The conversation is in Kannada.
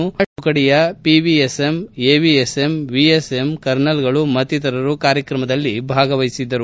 ಮರಾಠ ತುಕಡಿಯ ಪಿವಿಎಸ್ಎಂ ಎವಿಎಸ್ಎಂ ವಿಎಸ್ಎಂ ಕರ್ನಲ್ಗಳು ಮತ್ತಿತರು ಕಾರ್ಯಕ್ರಮದಲ್ಲಿ ಭಾಗವಹಿಸಿದ್ದರು